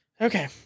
Okay